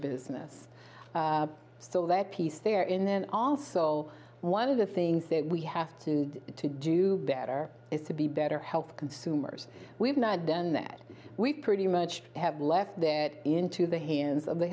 business so that piece they're in then also one of the things that we have to do to do better is to be better health consumers we've not done that we pretty much have left that into the hands of the